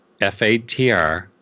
FATR